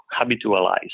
habitualize